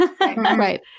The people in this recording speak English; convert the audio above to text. Right